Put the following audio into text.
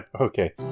Okay